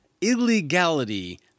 illegality